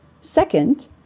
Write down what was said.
Second